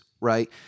right